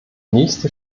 nächste